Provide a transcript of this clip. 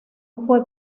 fue